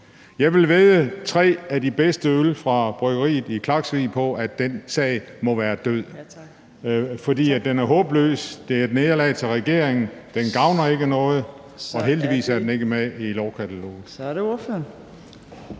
Jeg vil vædde tre af de bedste øl fra bryggeriet i Klaksvík på, at den sag må være død – den er håbløs, det er et nederlag til regeringen, den gavner ikke noget, og heldigvis er den ikke med i lovkataloget.